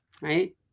right